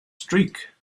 streak